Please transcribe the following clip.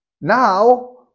Now